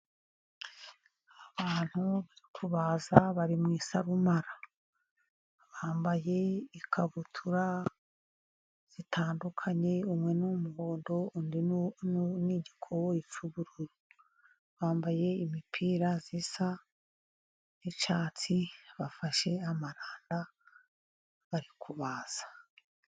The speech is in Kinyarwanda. Abantu bari kubaza bari mu isabumara, bambaye ikabutura zitandukanye umwe n'umuhondo undi n'igikoboyi y'ubururu bambaye imipira zisa n'icyatsi bafashe amaranda barikubaza.